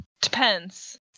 depends